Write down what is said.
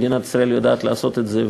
מדינת ישראל יודעת לעשות את זה,